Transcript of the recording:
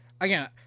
again